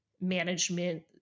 management